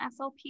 SLP